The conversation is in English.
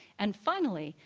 and, finally,